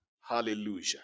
Hallelujah